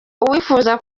uwifuza